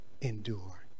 Endure